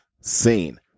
seen